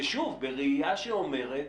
ושוב, בראייה שאומרת